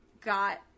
got